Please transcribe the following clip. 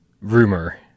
rumor